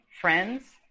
friends